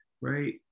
right